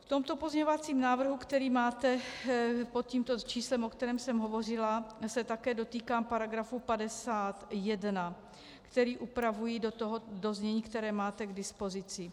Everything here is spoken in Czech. V tomto pozměňovacím návrhu, který máte pod tímto číslem, o kterém jsem hovořila, se také dotýkám § 51, který upravuji do znění, které máte k dispozici.